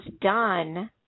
done